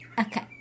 Okay